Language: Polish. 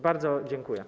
Bardzo dziękuję.